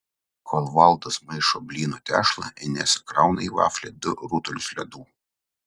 kol valdas maišo blynų tešlą inesa krauna į vaflį du rutulius ledų